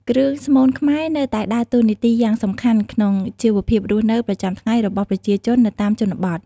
គ្រឿងស្មូនខ្មែរនៅតែដើរតួនាទីយ៉ាងសំខាន់ក្នុង ជីវភាពរស់នៅ ប្រចាំថ្ងៃរបស់ប្រជាជននៅតាមជនបទ។